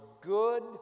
good